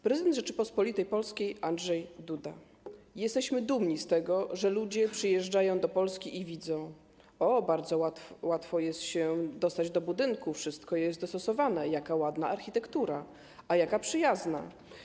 Prezydent Rzeczypospolitej Polskiej Andrzej Duda: Jesteśmy dumni z tego, że ludzie przyjeżdżają do Polski i widzą: o, bardzo łatwo jest się dostać do budynku, wszystko jest dostosowane, jaka ładna architektura, a jaka przyjazna.